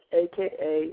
a-k-a